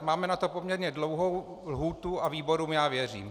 Máme na to poměrně dlouhou lhůtu a výborům já věřím.